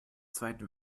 zweiten